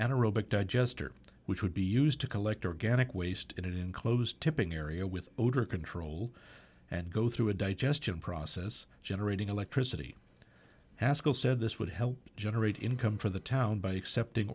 anaerobic digester which would be used to collect organic waste in an enclosed tipping area with odor control and go through a digestion process generating electricity haskell said this would help generate income for the town by accepting